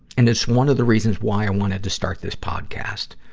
and it's one of the reasons why i wanted to start this podcast,